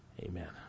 Amen